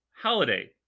Holiday